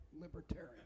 libertarian